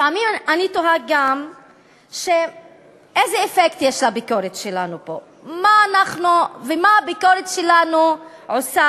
לפעמים אני תוהה גם איזה אפקט יש לביקורת שלנו פה ומה הביקורת שלנו עושה